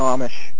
Amish